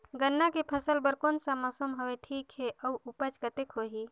गन्ना के फसल बर कोन सा मौसम हवे ठीक हे अउर ऊपज कतेक होही?